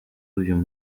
uyu